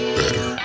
better